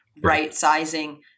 right-sizing